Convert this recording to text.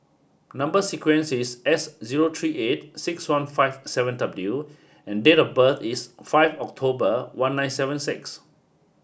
number sequence is S zero three eight six one five seven W and date of birth is five October one nine seven six